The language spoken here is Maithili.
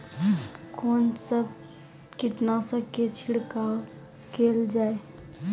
कून सब कीटनासक के छिड़काव केल जाय?